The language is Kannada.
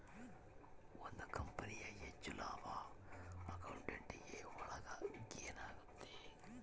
ಒಂದ್ ಕಂಪನಿಯ ಹೆಚ್ಚು ಲಾಭ ಅಕೌಂಟಿಂಗ್ ಒಳಗ ಗೇನ್ ಆಗುತ್ತೆ